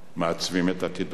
מעצבים את עתידו.